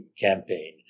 campaign